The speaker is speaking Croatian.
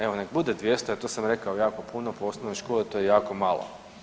Evo neka bude 200 i to sam rekao jako puno po osnovnoj školi to je jako malo.